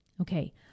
Okay